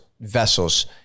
vessels